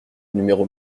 numéro